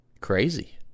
crazy